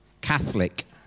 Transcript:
Catholic